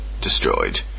destroyed